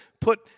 put